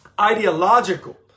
ideological